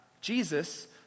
Jesus